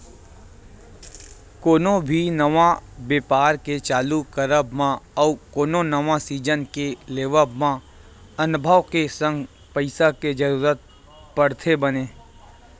कोनो भी नवा बेपार के चालू करब मा अउ कोनो नवा जिनिस के लेवब म अनभव के संग पइसा के जरुरत पड़थे बने